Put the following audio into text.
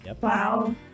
wow